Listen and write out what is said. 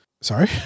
Sorry